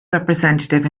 representative